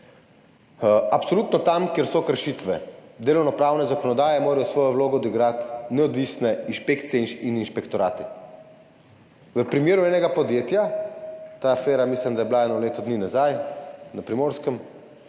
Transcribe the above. Absolutno, tam, kjer so kršitve delovnopravne zakonodaje, morajo svojo vlogo odigrati neodvisne inšpekcije in inšpektorati. V primeru enega podjetja, mislim, da je bila ta afera eno leto dni nazaj na Primorskem,